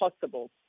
possible